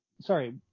Sorry